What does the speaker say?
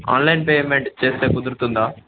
online payment చేస్తే కుదురుతుందా